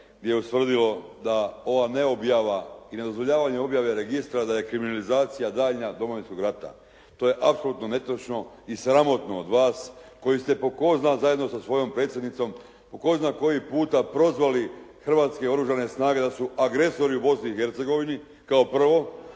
gdje je ustvrdio da ova neobjava i nedozvoljavanje objave registra da je kriminalizacija daljnja Domovinskog rata. To je apsolutno netočno i sramotno od vas koji ste po ko zna, zajedno sa svojom predsjednicom po tko zna koji puta prozvali Hrvatske oružane snage da su agresori u Bosni i Hercegovini kao prvo.